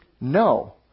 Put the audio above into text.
No